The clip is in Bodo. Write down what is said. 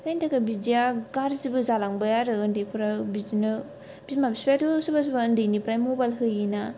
जायनि थाखाय बिदिया गारजिबो जालांबाय आरो आन्दैफ्रा बिदिनो बिमा बिफायाथ' सोरबा सोरबा आन्दैनिफ्राय मबाइल होयो ना